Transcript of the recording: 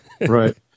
Right